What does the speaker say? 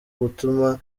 gutuma